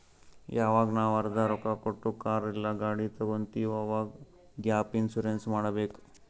ಯವಾಗ್ ನಾವ್ ಅರ್ಧಾ ರೊಕ್ಕಾ ಕೊಟ್ಟು ಕಾರ್ ಇಲ್ಲಾ ಗಾಡಿ ತಗೊತ್ತಿವ್ ಅವಾಗ್ ಗ್ಯಾಪ್ ಇನ್ಸೂರೆನ್ಸ್ ಮಾಡಬೇಕ್